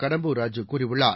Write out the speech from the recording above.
கடம்பூர் ராஜூ கூறியுள்ளார்